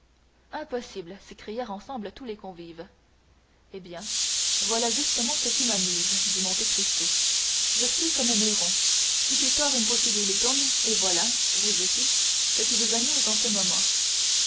impossible s'écrièrent ensemble tous les convives eh bien voilà justement ce qui m'amuse dit monte cristo je suis comme néron cupitor impossibilium et voilà vous aussi ce qui vous amuse en ce moment